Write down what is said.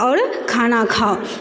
आओर खाना खाऊ